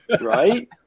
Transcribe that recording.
Right